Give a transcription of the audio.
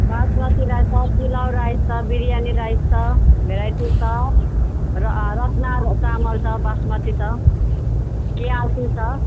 basmati rice छ pulao rice छ biryani rice छ भेराइटिस छ रत्न चामल छ बासमती छ केआरटी छ